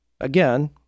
again